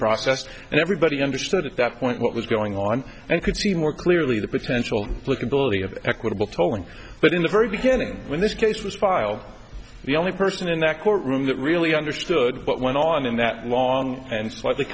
processed and everybody understood at that point what was going on and could see more clearly the potential flick ability of equitable tolling but in the very beginning when this case was filed the only person in that courtroom that really understood what went on in that long and sli